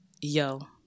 yo